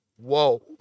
whoa